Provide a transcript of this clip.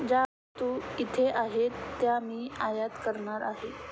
ज्या वस्तू इथे आहेत त्या मी आयात करणार आहे